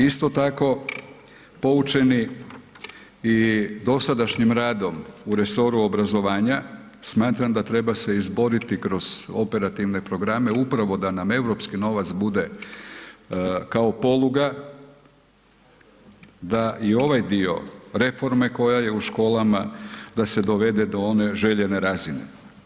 Isto tako poučeni i dosadašnjim radom u resoru obrazovanja smatram da treba se izboriti kroz operativne programe upravo da nam europski novac bude kao poluga, da i ovaj dio reforme koja je u školama da se dovede do one željene razine.